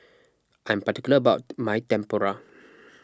I am particular about my Tempura